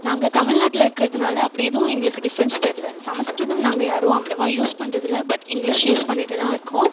நாங்கள் தமிழ்நாட்டில் இருக்கிறதுனால அப்படி எதுவும் எங்களுக்கு டிஃபரன்ஸ் தெரில சமஸ்கிருதம் நாங்கள் யாரும் அவ்வளோவா யூஸ் பண்ணுறதில்ல பட் இங்கிலீஷ் யூஸ் பண்ணிகிட்டே தான் இருக்கோம்